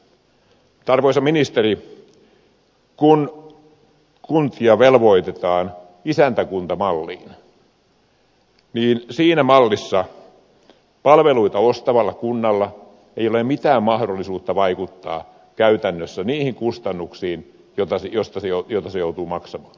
mutta arvoisa ministeri kun kuntia velvoitetaan isäntäkuntamalliin siinä mallissa palveluita ostavalla kunnalla ei ole mitään mahdollisuutta vaikuttaa käytännössä niihin kustannuksiin joita se joutuu maksamaan